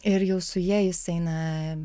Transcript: ir jau su ja jis eina